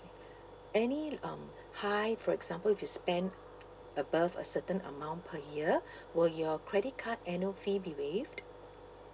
any um high for example if you spend above a certain amount per year will your credit card annual fee be waived